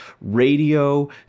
radio